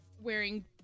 wearing